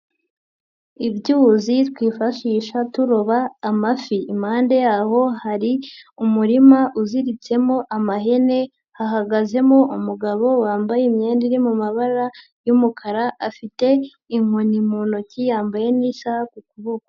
Ibyuzi twifashisha turoba amafi, impande yaho hari umurima uziritsemo amahene, hahagazemo umugabo wambaye imyenda iri mu mabara y'umukara, afite inkoni mu ntoki yambaye n'isaha ku kuboko.